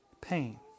pain